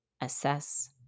Assess